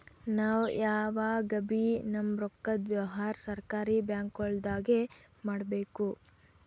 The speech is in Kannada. ನಾವ್ ಯಾವಗಬೀ ನಮ್ಮ್ ರೊಕ್ಕದ್ ವ್ಯವಹಾರ್ ಸರಕಾರಿ ಬ್ಯಾಂಕ್ಗೊಳ್ದಾಗೆ ಮಾಡಬೇಕು